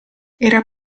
era